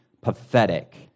pathetic